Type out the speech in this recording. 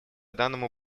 данному